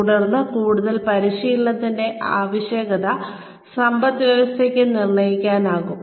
തുടർന്ന് കൂടുതൽ പരിശീലനത്തിന്റെ ആവശ്യകത സമ്പദ്വ്യവസ്ഥയ്ക്ക് നിർണ്ണയിക്കാനാകും